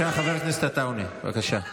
חבר הכנסת עטאונה, בבקשה.